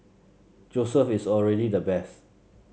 Joseph is already the best